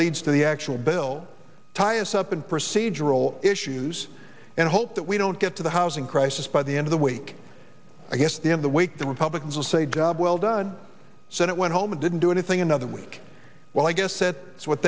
leads to the actual bill tie it up and procedural issues and hope that we don't get to the housing crisis by the end of the week i guess the in the wake the republicans will say god well done senate went home and didn't do anything another week well i guess that is what